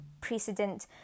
precedent